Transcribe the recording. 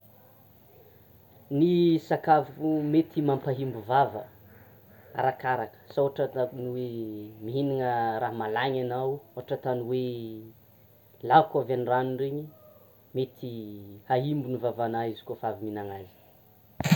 Ny sakafo mety mampahimbo vava, arakaraka, asa ohatra ataon'ny hoe mihinana raha malagny anao, ohatra ataon'ny hoe laoko avy an-drano reny, mety haimbo ny vavanà izy koa fa avy mihinana azy.